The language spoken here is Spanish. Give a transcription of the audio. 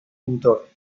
pintor